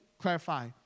clarify